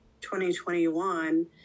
2021